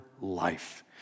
life